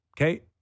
Okay